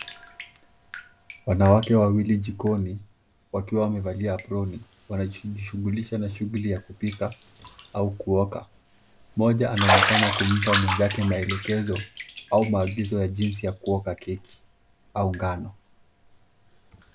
Wanawake wawili jikoni wakiwa wamevalia aproni. Wanajishughulisha na shughuli ya kupika au kuoka. Mmoja anaonekana kumpa mwenzake maelekezo au maagizo ya jinsi ya kuoka keki au ngano.